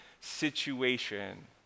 situation